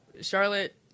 Charlotte